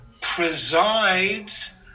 presides